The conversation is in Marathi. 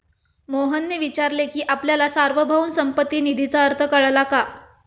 मोहनने विचारले की आपल्याला सार्वभौम संपत्ती निधीचा अर्थ कळला का?